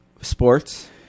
sports